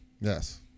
yes